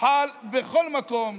חל בכל מקום.